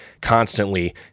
constantly